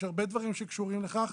יש הרבה דברים שקשורים לכך.